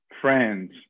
friends